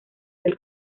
del